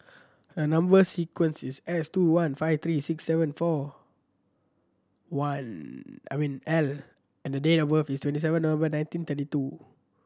a number sequence is S two one five three six seven four one L and the date of birth is twenty seven November nineteen thirty two